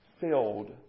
filled